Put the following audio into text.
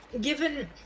given